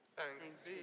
Thanks